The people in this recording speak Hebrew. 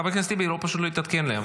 חבר הכנסת טיבי, פשוט זה לא התעדכן לי.